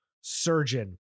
surgeon